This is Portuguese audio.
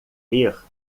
ver